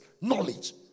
knowledge